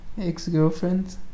ex-girlfriend